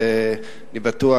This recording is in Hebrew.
ואני בטוח,